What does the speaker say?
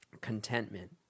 contentment